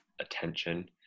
attention